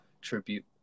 tribute